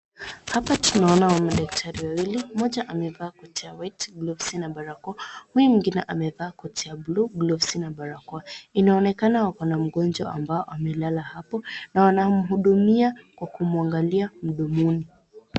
Hapa tunaona madaktari wawili, mmoja amevaa koti ya white, gloves na barakoa, huyo mwingine amevaa koti ya blue, gloves na barakoa. Inaonekana wako na mgonjwa ambao amelala hapo, na wanamhudumia kwa kumwangalia mdomoni.